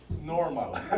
Normal